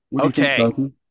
Okay